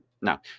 Now